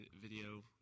video